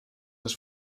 das